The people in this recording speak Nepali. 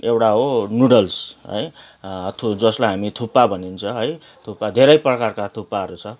एउटा हो नुडल्स है थु जसलाई हामी थुक्पा भनिन्छ है थुक्पा धेरै प्रकारका थुक्पाहरू छ